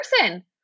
person